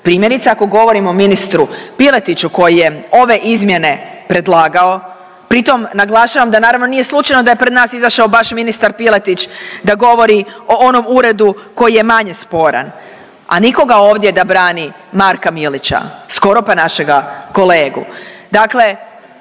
Primjerice ako govorim o ministru Piletiću koji je ove izmjene predlagao. Pritom naglašavam da naravno nije slučajno da je pred nas izašao baš ministar Piletić da govori o onom uredu koji je manje sporan, a nikoga ovdje da brani Marka Milića, skoro pa našega kolegu.